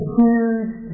huge